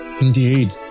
Indeed